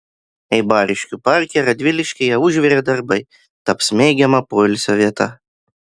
eibariškių parke radviliškyje užvirė darbai taps mėgiama poilsio vieta